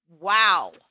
Wow